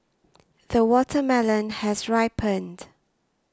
the watermelon has ripened